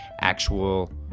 actual